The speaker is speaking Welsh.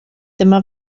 dyma